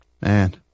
Man